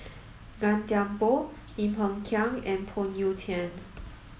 Gan Thiam Poh Lim Hng Kiang and Phoon Yew Tien